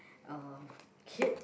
uh kid